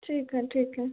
ठीक है ठीक है